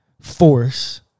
force